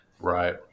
Right